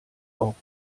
auch